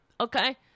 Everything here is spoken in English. okay